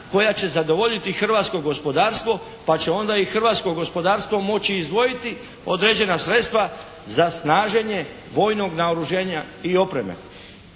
koja će zadovoljiti hrvatsko gospodarstvo pa će onda i hrvatsko gospodarstvo moći izdvojiti određena sredstva za snaženje vojnog naoružanja i opreme.